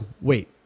wait